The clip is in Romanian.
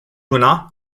una